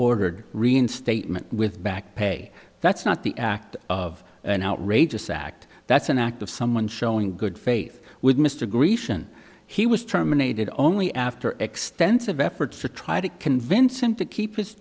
ordered reinstatement with back pay that's not the act of an outrageous act that's an act of someone showing good faith with mr grecian he was terminated only after extensive efforts to try to convince him to keep his